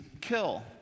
kill